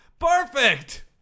Perfect